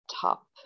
top